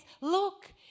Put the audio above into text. look